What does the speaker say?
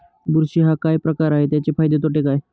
बुरशी हा काय प्रकार आहे, त्याचे फायदे तोटे काय?